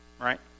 right